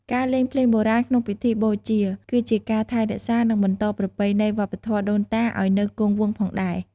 ការលេងភ្លេងបុរាណក្នុងពិធីបូជា គឺជាការថែរក្សា និងបន្តប្រពៃណីវប្បធម៌ដូនតាឲ្យនៅគង់វង្សផងដែរ។